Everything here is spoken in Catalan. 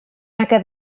aquest